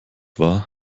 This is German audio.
war